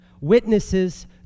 witnesses